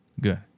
Good